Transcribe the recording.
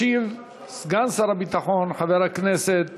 ישיב סגן שר הביטחון, חבר הכנסת